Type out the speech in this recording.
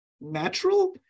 natural